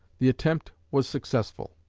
the attempt was successful,